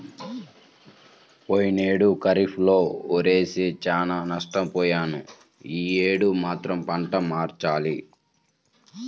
పోయినేడు ఖరీఫ్ లో వరేసి చానా నష్టపొయ్యాను యీ యేడు మాత్రం పంట మార్చాలి